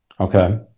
Okay